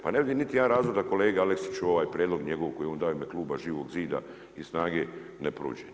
Pa ne vidim niti jedan razlog da kolega Aleksić, ovaj prijedlog njegov koji je on dao u ime Kluba Živog zida i SNAGA-e ne prođe.